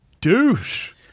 douche